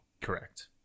Correct